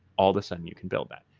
all of a sudden you can build that.